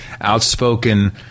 outspoken